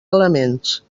elements